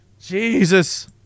Jesus